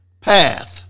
path